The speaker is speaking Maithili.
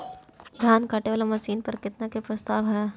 धान काटे वाला मशीन पर केतना के प्रस्ताव हय?